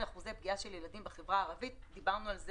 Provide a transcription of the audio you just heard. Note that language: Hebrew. אחוזי הפגיעה של ילדים בחברה הערבית ודיברנו על זה,